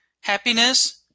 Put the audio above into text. happiness